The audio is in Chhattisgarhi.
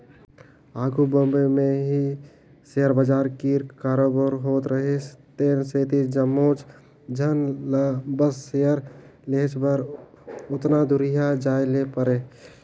आघु बॉम्बे ले ही सेयर बजार कीर कारोबार होत रिहिस तेन सेती जम्मोच झन ल बस सेयर लेहेच बर ओतना दुरिहां जाए ले परे